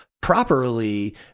properly